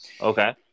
Okay